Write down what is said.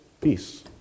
peace